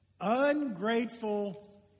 Ungrateful